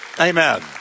Amen